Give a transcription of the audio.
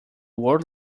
world